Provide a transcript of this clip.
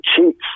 cheats